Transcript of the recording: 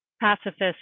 Pacifist